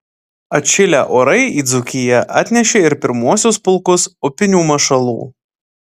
atšilę orai į dzūkiją atnešė ir pirmuosius pulkus upinių mašalų